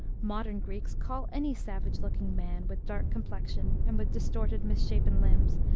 modern greeks call any savage-looking man, with dark com plexion, and with distorted, misshapen limbs,